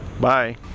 bye